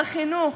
בחינוך?